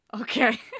Okay